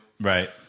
Right